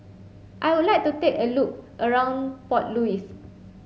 I would like to have a look around Port Louis